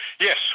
Yes